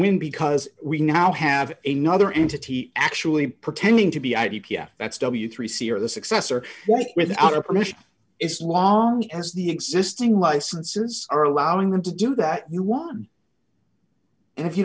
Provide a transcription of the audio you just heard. win because we now have a nother entity actually pretending to be ibuki that's w three c or the successor what without our permission is long as the existing licenses are allowing them to do that you want and if you